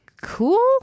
Cool